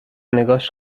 نگاش